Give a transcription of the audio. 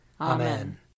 Amen